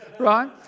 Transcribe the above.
right